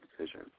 decision